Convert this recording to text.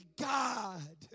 God